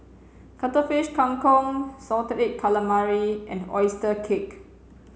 cuttlefish kang kong salted egg calamari and oyster cake